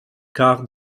quart